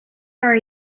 are